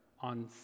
on